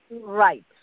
Right